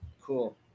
Cool